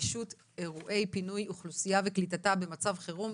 (נגישות אירועי פינוי אוכלוסייה וקליטתה במצב חירום),